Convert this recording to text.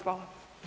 Hvala.